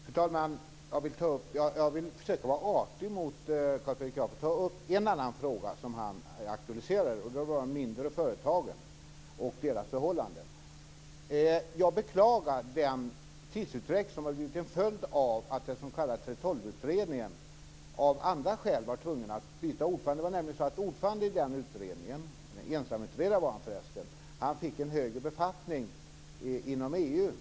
Fru talman! Jag vill försöka vara artig mot Carl Fredrik Graf och ta upp en annan fråga som han aktualiserade. Den rör de mindre företagen och deras förhållanden. Jag beklagar den tidsutdräkt som har blivit en följd av att den s.k. 3:12-utredningen av andra skäl var tvungen att byta ordförande. Ordföranden i den utredningen - han var förresten ensamutredare - fick nämligen en högre befattning inom EU.